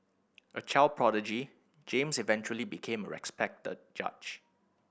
a child prodigy James eventually became a respected judge